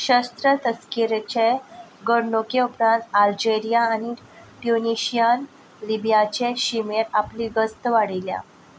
शस्त्र तस्किरेचे घडणुके उपरांत आल्जेरिया आनी ट्युनीशियन लिब्याचे शिमेर आपली गस्त वाडयल्या